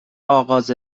آغاز